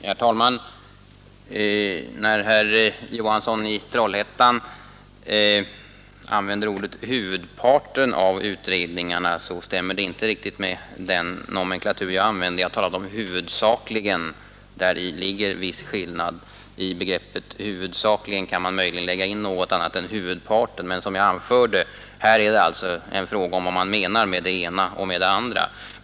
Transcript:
Herr talman! När herr Johansson i Trollhättan använder uttrycket ”huvudparten” av utredningarna, så stämmer det inte riktigt med den nomenklatur jag använde. Jag sade ”huvudsakligen”, och däri ligger en viss skillnad. I begreppet ”huvudsakligen” kan man möjligen lägga in något annat än ”huvudparten”. Men som jag anförde är det alltså här en fråga om vad man menar med det ena och med det andra.